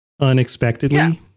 unexpectedly